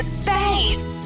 space